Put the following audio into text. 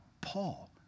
Paul